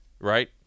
right